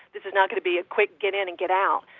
this is not going to be a quick get in and get out,